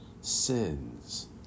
sins